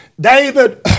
David